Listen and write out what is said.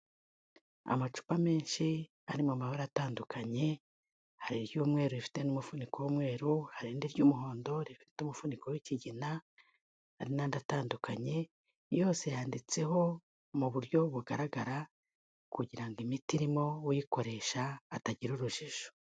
Amacupa menshi ari mu mabara atandukanye, hari iry'umweru rifite n'umufuniko w'umweru, hari irindi ry'umuhondo rifite umufuniko w'ikigina, hari n'andi atandukanye yose yanditseho mu buryo bugaragara kugirango imiti irimo uyikoresha atagira urujijo.